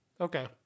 Okay